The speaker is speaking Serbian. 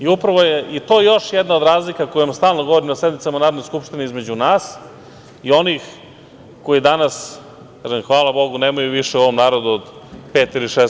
Upravo je to još jedna od razlika o kojima stalno govorim na sednicama Narodne skupštine između nas i onih koji danas, hvala bogu, nemaju više u ovom narodu od 5 ili 6%